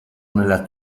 nella